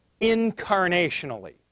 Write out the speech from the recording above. incarnationally